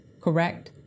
Correct